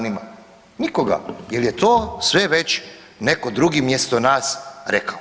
Nikoga, jer je to sve već netko drugi mjesto nas rekao.